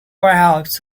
perhaps